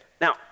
now